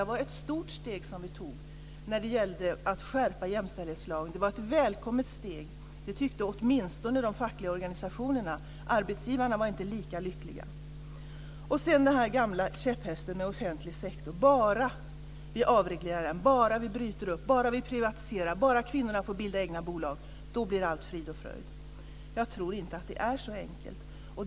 Det var ett stort och välkommet steg som vi tog när vi skärpte jämställdhetslagen, det tyckte åtminstone de fackliga organisationerna. Arbetsgivarna var inte lika lyckliga. Sedan har vi den gamla käpphästen med offentlig sektor. Bara den avregleras, bryts upp, privatiseras, bara kvinnorna får bilda egna bolag, då blir allt frid och fröjd, säger man. Jag tror inte att det är så enkelt.